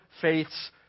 faith's